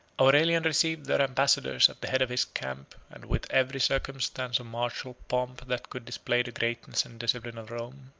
aurelian received their ambassadors at the head of his camp, and with every circumstance of martial pomp that could display the greatness and discipline of rome.